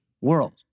world